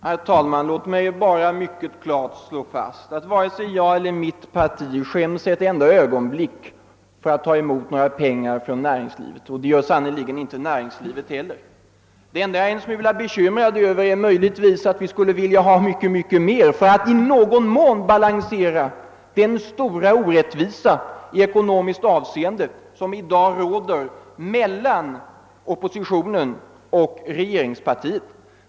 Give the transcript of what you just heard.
Herr talman! Jag vill klart slå fast att varken jag eller mitt parti skäms ett ögonblick över att vi tar emot pengar från näringslivet, och det gör sannerligen inte näringslivet heller. Det enda jag är en smula bekymrad över är att vi skulle behöva få mycket mer för att i någon mån balansera den stora orättvisa i ekonomiskt avseende som i dag råder mellan oppositionen och regeringspartiet.